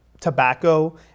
Tobacco